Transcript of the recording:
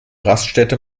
raststätte